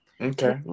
Okay